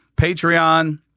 Patreon